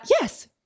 Yes